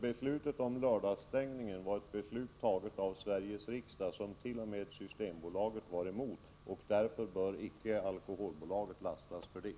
Beslutet om lördagsstängning togs av Sveriges riksdag, och t.o.m. Systembolaget var emot det. Därför bör icke alkoholbolaget lastas för det.